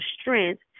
strength